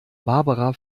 barbara